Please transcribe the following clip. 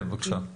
כן, בקשה.